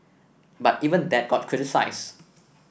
but even that got criticised